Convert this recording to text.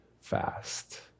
fast